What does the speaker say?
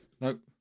Nope